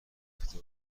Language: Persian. گفته